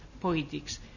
politics